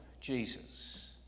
Jesus